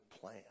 plan